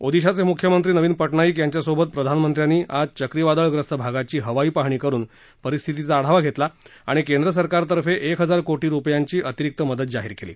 ओदिशाचे मुख्यमंत्री नवीन पटनाईक यांच्या सोबत प्रधानमंत्र्यांनी आज चक्रीवादळग्रस्त भागाची हवाई पाहणी करुन परिस्थितीचा आढावा घेतला आणि केंद्र सरकार तर्फे एक हजार कोटी रुपयांची अतिरिक्त मदत जाहीर केली